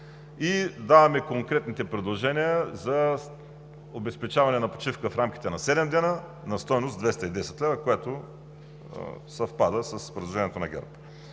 и даваме конкретните предложения за обезпечаване на почивка в рамките на 7 дни на стойност 210 лв., която съвпада с предложението на ГЕРБ.